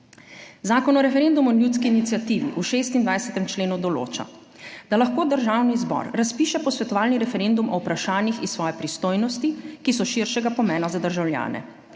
Zakon o referendumu in ljudski iniciativi v 26. členu določa, da lahko Državni zbor razpiše posvetovalni referendum o vprašanjih iz svoje pristojnosti, ki so širšega pomena za državljane.